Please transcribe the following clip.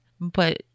but-